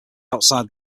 outside